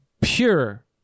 pure